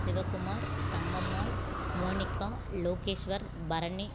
Sivakumar Thangammal Monika Lokeshwar Bharani